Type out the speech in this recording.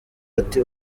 ati